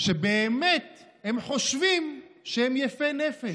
שבאמת הם חושבים שהם יפי נפש.